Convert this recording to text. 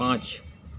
पाँच